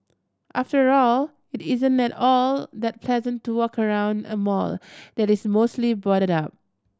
after all it isn't at all that pleasant to walk around a mall that is mostly boarded up